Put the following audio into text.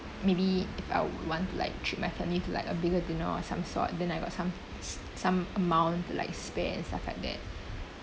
maybe if I would want to like treat my family like a bigger dinner or some sort then I got some some amount to like spare and stuff like that